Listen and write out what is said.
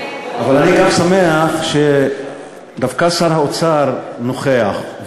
אבל אני גם שמח שדווקא שר האוצר נוכח,